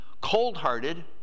cold-hearted